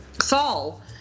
Saul